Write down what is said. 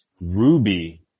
Ruby